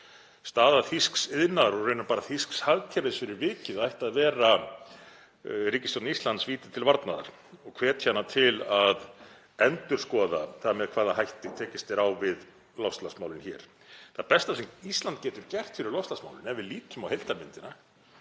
Staða þýsks iðnaðar og raunar bara þýsks hagkerfis fyrir vikið ætti að vera ríkisstjórn Íslands víti til varnaðar og hvetja hana til að endurskoða það með hvaða hætti tekist er á við loftslagsmálin hér. Það besta sem Ísland getur gert fyrir loftslagsmálin, ef við lítum á heildarmyndina,